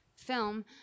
film